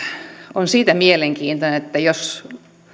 on siitä mielenkiintoinen että jos